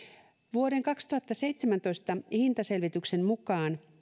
vuoden kaksituhattaseitsemäntoista hintaselvityksen mukaan